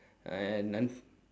and un~